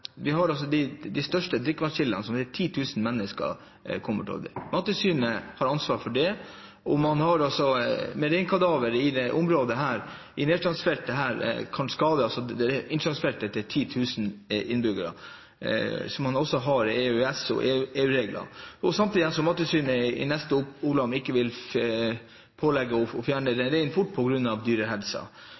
vi de største drikkevannskildene, som 10 000 mennesker er koblet til. Mattilsynet har ansvaret for det. Reinkadaver i dette området – i dette nedslagsfeltet – kan skade drikkevannet til 10 000 innbyggere, noe som man også har EØS- og EU-regler for, samtidig som Mattilsynet i neste omgang ikke vil pålegge noen å fjerne rein fort